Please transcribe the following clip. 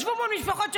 ישבו מול משפחות שכולות,